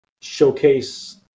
showcase